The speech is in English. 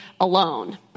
alone